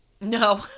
No